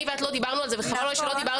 את ואני לא דיברנו על זה וחבל אבל אני